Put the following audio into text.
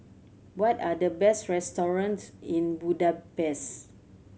what are the best restaurants in Budapest